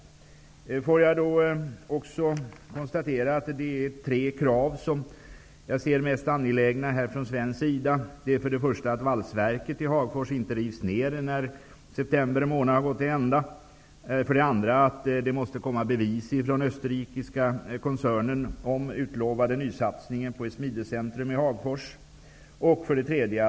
Låt mig konstatera att det är tre krav som jag ser som mest angelägna från svensk sida. Det är för det första att valsverket i Hagfors inte rivs ned efter det att september månad gått till ända. För det andra måste det komma bevis från den österrikiska koncernen för att den utlovade satsningen på ett smidescentrum i Hagfors kommer att förverkligas.